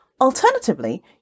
Alternatively